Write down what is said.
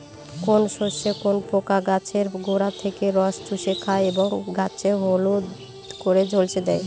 কোন শস্যে কোন পোকা গাছের গোড়া থেকে রস চুষে খায় এবং গাছ হলদে করে ঝলসে দেয়?